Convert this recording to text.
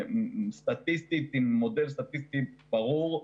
סטטיסטית, עם מודל סטטיסטי ברור,